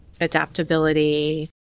adaptability